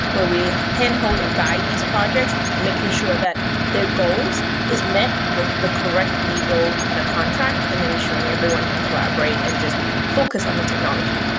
where we handhold and guide these projects and making sure that their goals is met with the correct legal kind of contract and then ensuring everyone can collaborate and just focus on the technology.